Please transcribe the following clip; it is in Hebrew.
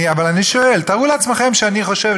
אבל אני שואל: תארו לעצמכם שאני חושב,